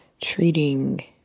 treating